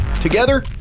Together